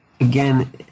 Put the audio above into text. again